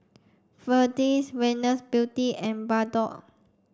Ferdix Venus Beauty and Bardot